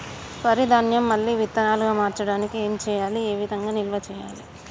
వరి ధాన్యము మళ్ళీ విత్తనాలు గా మార్చడానికి ఏం చేయాలి ఏ విధంగా నిల్వ చేయాలి?